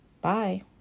Bye